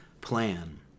Plan